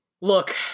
Look